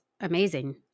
amazing